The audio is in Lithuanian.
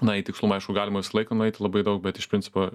na į tikslumą aišku galima visą laiką nueiti labai daug bet iš principo